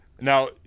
Now